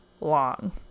long